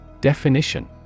Definition